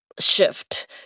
shift